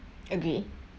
agree